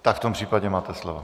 Tak v tom případě máte slovo.